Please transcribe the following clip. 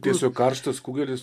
tiesiog karštas kugelis